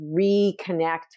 reconnect